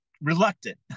reluctant